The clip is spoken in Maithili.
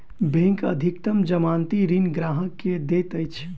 बैंक अधिकतम जमानती ऋण ग्राहक के दैत अछि